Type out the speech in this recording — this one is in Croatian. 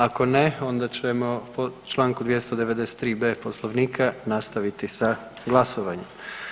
Ako ne, onda ćemo po čl. 293 b) Poslovnika nastaviti sa glasovanjem.